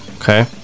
Okay